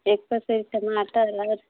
एक पसेरी टमाटर